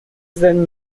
then